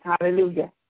hallelujah